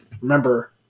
Remember